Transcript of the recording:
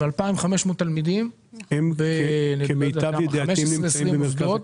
יש שם 2,500 תלמידים ב-15 20 מסגרות.